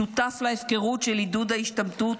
שותף להפקרות של עידוד ההשתמטות,